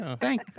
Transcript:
Thank